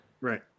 Right